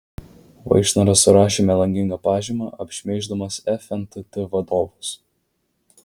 vaišnoras surašė melagingą pažymą apšmeiždamas fntt vadovus